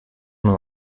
mal